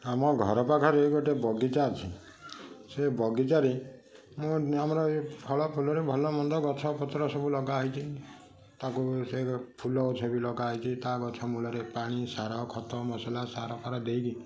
ଆମ ଘର ପାଖରେ ଗୋଟେ ବଗିଚା ଅଛି ସେଇ ବଗିଚାରେ ମୁଁ ଆମର ଏଇ ଫଳ ଫୁଲରେ ଭଲ ମନ୍ଦ ଗଛ ପତ୍ର ସବୁ ଲଗା ହେଇଛି ତାକୁ ସେ ଫୁଲ ଗଛ ବି ଲଗା ହେଇଛି ତା ଗଛ ମୂଳରେ ପାଣି ସାର ଖତ ମସଲା ସାରଫାର ଦେଇକି